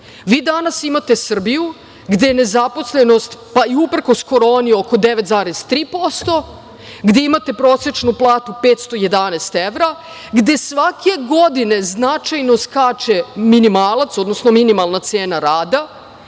danas imate Srbiju gde je nezaposlenost, pa i uprkos koroni, oko 9,3%, gde imate prosečnu platu 511 evra, gde svake godine značajno skače minimalac, odnosno minimalna cena rada